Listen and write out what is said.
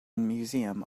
museum